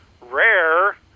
rare